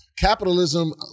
capitalism